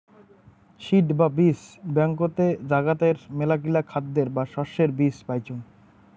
seed বা বীজ ব্যাংকতে জাগাতের মেলাগিলা খাদ্যের বা শস্যের বীজ পাইচুঙ